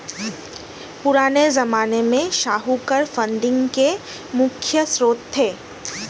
पुराने ज़माने में साहूकार फंडिंग के मुख्य श्रोत थे